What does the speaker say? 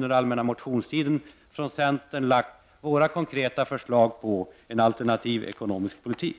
den allmänna motionstiden lade centern fram sina konkreta förslag till en alternativ ekonomisk politik.